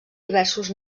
diversos